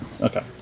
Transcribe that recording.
Okay